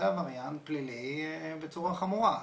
זה עבריין פלילי בצורה חמורה.